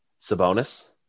Sabonis